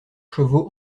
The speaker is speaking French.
chevaux